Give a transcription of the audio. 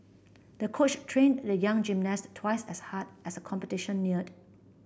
the coach trained the young gymnast twice as hard as the competition neared